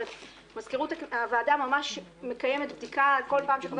מזכירות הוועדה ממש מקיימת בדיקה בכל פעם שחבר